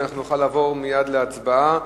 אנחנו נוכל לעבור מייד להצבעה.